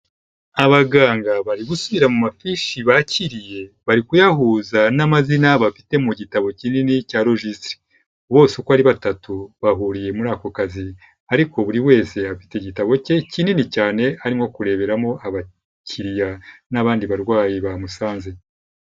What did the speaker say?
Abaganga bari gusubira mu mafishi bakiriye bari kuyahuza n'amazina bafite mu gitabo kinini cya lojisitire, bose uko ari batatu bahuriye muri ako kazi ariko buri wese afite igitabo cye kinini cyane arimo kureberamo abakiriya n'abandi barwayi bamusanze.